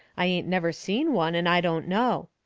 i never seen one, and i don't know.